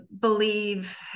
believe